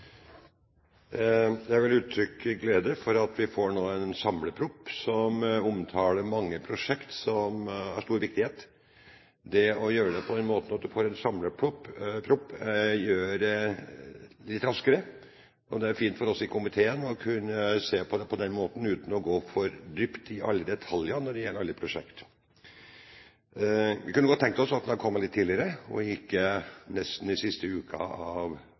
Jeg vil uttrykke glede for at vi nå får en samleproposisjon som omtaler mange prosjekt av stor viktighet. Det å gjøre det på denne måten, at man får en samleproposisjon, gjør at det skjer litt raskere, og det er fint for oss i komiteen å kunne se på det på den måten uten å gå for dypt i alle detaljer når det gjelder alle prosjekt. Men vi kunne godt ha tenkt oss at den hadde kommet litt tidligere, og ikke nesten den siste uken av